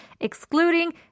excluding